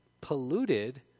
polluted